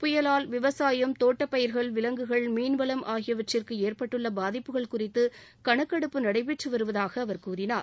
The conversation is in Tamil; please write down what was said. புயலால் விவசாயம் தோட்டப் பயிர்கள் விவங்குகள் மீன்வளம் ஆகியவற்றிற்கு ஏற்பட்டுள்ள பாதிப்புகள் குறித்து கணக்கெடுப்பு நடைபெற்று வருவதாக அவர் கூறினார்